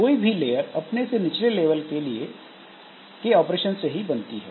कोई भी लेयर अपने से निचले लेवल के लिए के ऑपरेशन से ही बनती है